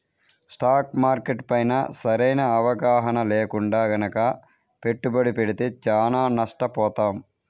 stock market పైన సరైన అవగాహన లేకుండా గనక పెట్టుబడి పెడితే చానా నష్టపోతాం